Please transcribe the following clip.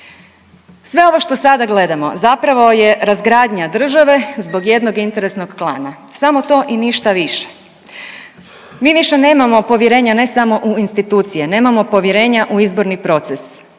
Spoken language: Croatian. Sve ovo što sada gledamo zapravo je razgradnja države zbog jednog interesnog klana. Samo to i ništa više. Mi više nemamo povjerenja ne samo u institucije, nemamo povjerenja u izborni proces